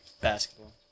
Basketball